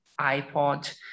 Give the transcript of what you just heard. ipod